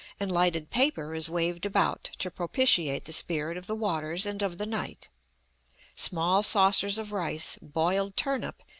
and lighted paper is waved about to propitiate the spirit of the waters and of the night small saucers of rice, boiled turnip,